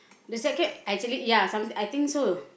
the second actually ya some~ I think so